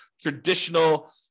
traditional